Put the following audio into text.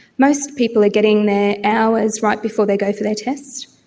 most people are getting their hours right before they go for their test.